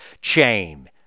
chain